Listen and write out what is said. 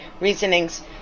reasonings